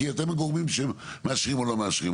כי אתם הגורמים שמאשרים או לא מאשרים.